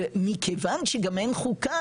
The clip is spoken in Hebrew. ומכיוון שגם אין חוקה,